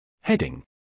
Heading